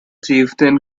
chieftain